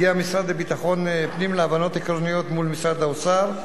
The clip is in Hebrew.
הגיע המשרד לביטחון הפנים להבנות עקרוניות מול משרד האוצר.